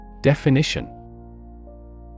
Definition